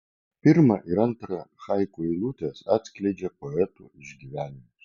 pirma ir antra haiku eilutės atskleidžia poeto išgyvenimus